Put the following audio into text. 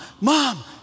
mom